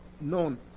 known